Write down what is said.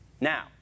now